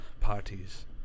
parties